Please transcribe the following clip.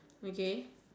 okay